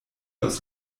aus